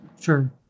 Sure